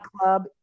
club